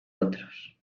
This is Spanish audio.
otros